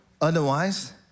Otherwise